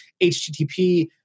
HTTP